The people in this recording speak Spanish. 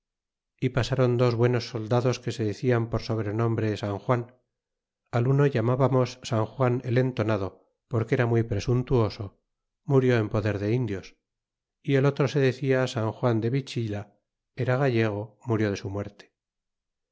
e pasaron dos buenos soldados que se decian por sobrenombre san juan al uno llamábamos san juan el entonado porque era muy presuntuoso murió en poder de indios y el otro se decia san juan de vichila era gallego murió de su muerte